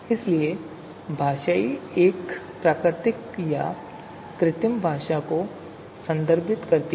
इसलिए परिभाषा एक प्राकृतिक या कृत्रिम भाषा को भी संदर्भित करती है